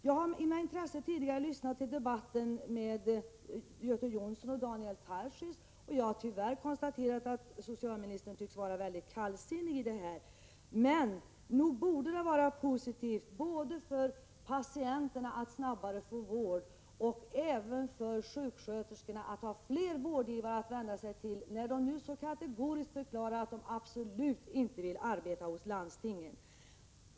Jag lyssnade tidigare med intresse på socialministerns debatt med Göte Jonsson och Daniel Tarschys. Tyvärr måste jag konstatera att socialministern tycks vara väldigt kallsinnig. Nog borde det vara positivt både för patienterna när det gäller att snabbare få vård och för sjuksköterskorna att ha fler vårdgivare att vända sig till, när sjuksköterskorna nu så kategoriskt förklarar att de absolut inte vill arbeta hos landstingen?